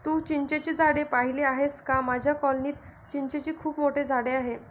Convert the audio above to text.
तू चिंचेची झाडे पाहिली आहेस का माझ्या कॉलनीत चिंचेचे खूप मोठे झाड आहे